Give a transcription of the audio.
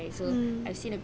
mm